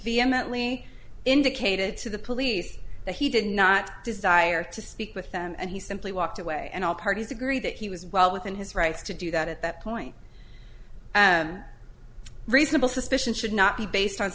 vehemently indicated to the police that he did not desire to speak with them and he simply walked away and all parties agree that he was well within his rights to do that at that point and reasonable suspicion should not be based on